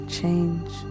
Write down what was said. change